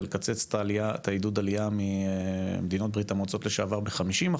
ולקצץ את עידוד העלייה ממדינות בריה"מ לשעבר ב-50%,